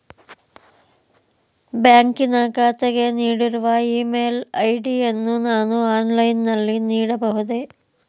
ಬ್ಯಾಂಕಿನ ಖಾತೆಗೆ ನೀಡಿರುವ ಇ ಮೇಲ್ ಐ.ಡಿ ಯನ್ನು ನಾನು ಆನ್ಲೈನ್ ನಲ್ಲಿ ನೀಡಬಹುದೇ?